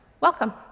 Welcome